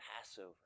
Passover